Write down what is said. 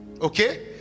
Okay